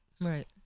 Right